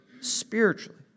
spiritually